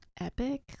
epic